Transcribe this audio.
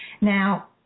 Now